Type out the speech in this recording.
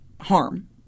harm